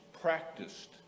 Practiced